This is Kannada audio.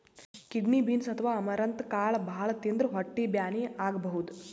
ಕಿಡ್ನಿ ಬೀನ್ಸ್ ಅಥವಾ ಅಮರಂತ್ ಕಾಳ್ ಭಾಳ್ ತಿಂದ್ರ್ ಹೊಟ್ಟಿ ಬ್ಯಾನಿ ಆಗಬಹುದ್